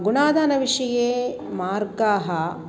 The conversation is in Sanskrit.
गुणादानविषये मार्गाः